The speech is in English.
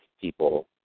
people